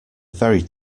very